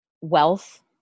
wealth